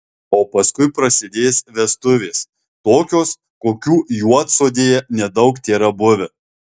o paskui prasidės vestuvės tokios kokių juodsodėje nedaug tėra buvę